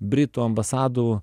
britų ambasadų